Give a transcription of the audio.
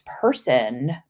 person